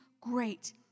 great